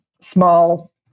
small